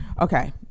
Okay